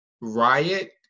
riot